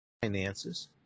finances